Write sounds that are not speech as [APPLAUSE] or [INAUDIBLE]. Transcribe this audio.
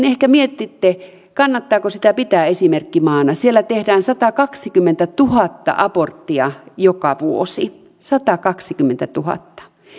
[UNINTELLIGIBLE] ehkä mietitte kannattaako pitää esimerkkimaana italiaa jota on käytetty esimerkkimaana siellä tehdään satakaksikymmentätuhatta aborttia joka vuosi satakaksikymmentätuhatta